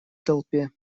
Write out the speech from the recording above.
толпе